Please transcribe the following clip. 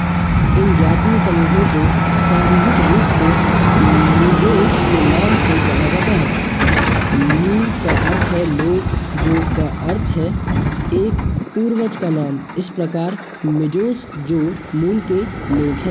इन जातीय समूहों को सामूहिक रूप से मीजोस के नाम से जाना जाता है मी का अर्थ है लोग ज़ो का अर्थ है एक पूर्वज का नाम इस प्रकार मिजोस जो मूल के लोग हैं